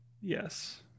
Yes